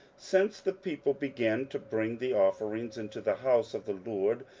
since the people began to bring the offerings into the house of the lord,